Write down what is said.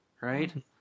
right